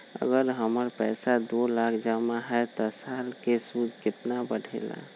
अगर हमर पैसा दो लाख जमा है त साल के सूद केतना बढेला?